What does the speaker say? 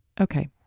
Okay